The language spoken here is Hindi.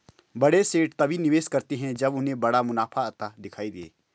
बड़े सेठ तभी निवेश करते हैं जब उन्हें बड़ा मुनाफा आता दिखाई दे